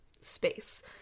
space